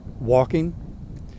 walking